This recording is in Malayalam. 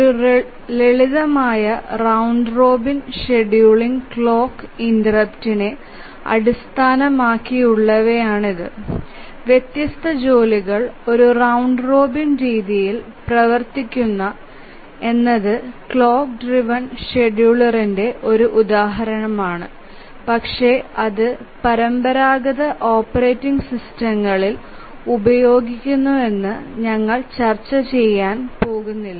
ഒരു ലളിതമായ റൌണ്ട് റോബിൻ ഷെഡ്യൂളിംഗ് ക്ലോക്ക് ഇന്ററപ്റ്റിനെ അടിസ്ഥാനമാക്കിയുള്ളതായിരുന്നു വ്യത്യസ്ത ജോലികൾ ഒരു റൌണ്ട് റോബിൻ രീതിയിൽ പ്രവർത്തിക്കുന്നു എന്നത് ക്ലോക്ക് ഡ്രൈവ്എൻ ഷെഡ്യൂളറിന്റെ ഒരു ഉദാഹരണമാണ് പക്ഷേ അത് പരമ്പരാഗത ഓപ്പറേറ്റിംഗ് സിസ്റ്റങ്ങളിൽ ഉപയോഗിക്കുന്നുവെന്ന് ഞങ്ങൾ ചർച്ച ചെയ്യാൻ പോകുന്നില്ല